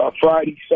Friday